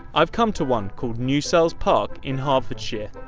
i've come to one called newsells park in hertfordshire.